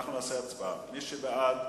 מי שבעד,